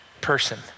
person